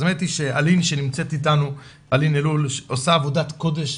אלין אלול שנמצאת איתנו עושה עבודת קודש,